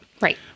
Right